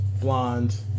Blonde